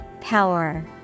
Power